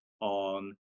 On